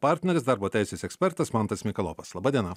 partneris darbo teisės ekspertas mantas mikalovas laba diena